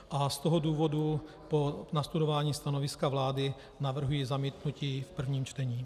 Z toho důvodu po nastudování stanoviska vlády navrhuji zamítnutí v prvním čtení.